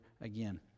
again